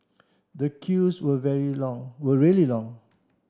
the queues were very long were really long